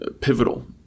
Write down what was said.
pivotal